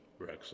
Brexit